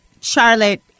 Charlotte